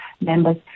members